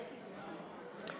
אל תדאג, זה לא יהיה עשר דקות.